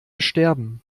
sterben